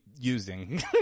using